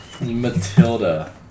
Matilda